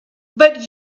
but